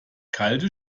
kalte